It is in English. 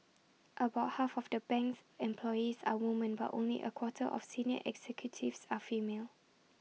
about half of the bank's employees are woman but only A quarter of senior executives are female